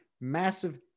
massive